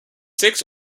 six